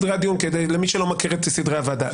למי שלא מכיר את סדרי הוועדה.